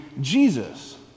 Jesus